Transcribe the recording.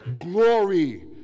glory